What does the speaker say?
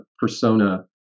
persona